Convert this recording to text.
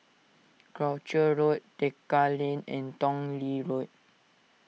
Croucher Road Tekka Lane and Tong Lee Road